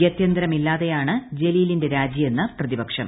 ഗത്യന്തരമില്ലാതെയാണ് ജലീലിന്റെ രാജിയെന്ന് പ്രതിപക്ഷം